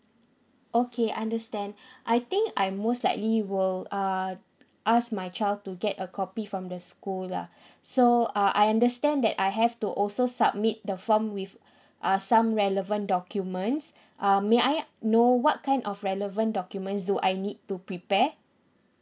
okay understand I think I most likely will uh ask my child to get a copy from the school lah so uh I understand that I have to also submit the form with uh some relevant documents uh may I know what kind of relevant documents do I need to prepare